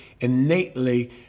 innately